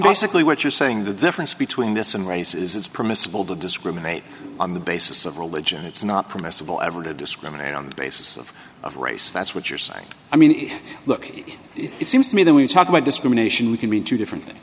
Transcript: basically what you're saying the difference between this and race is it's permissible to discriminate on the basis of religion it's not permissible ever to discriminate on the basis of race that's what you're saying i mean look it seems to me that when you talk about discrimination we can mean two different